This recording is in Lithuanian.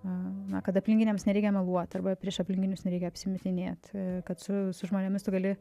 na kad aplinkiniams nereikia meluoti arba prieš aplinkinius nereikia apsimetinėti kad su su žmonėmis tu gali